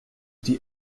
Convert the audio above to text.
die